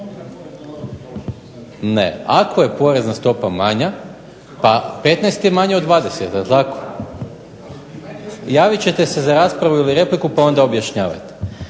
Ne. Ako je porezna stopa manja, pa 15 je manje od 20 jel' tako? Javit ćete se za raspravu ili repliku pa onda objašnjavajte.